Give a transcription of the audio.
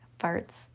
Farts